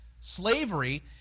slavery